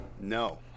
No